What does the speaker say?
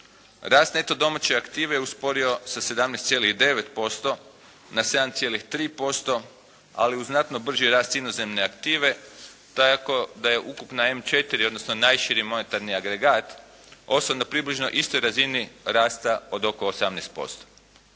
Rast neto domaće aktive usporio sa 17,9% na 7,3%, ali uz znatno brži rast inozemne aktive tako da je ukupna M4 odnosno najširi monetarni agregat ostao na približno istoj razini rasta od oko 18%.